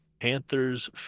Panthers